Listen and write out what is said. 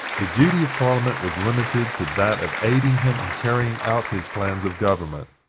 the duty of parliament was limited to that of aiding him in carrying out his plans of government,